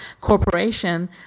corporation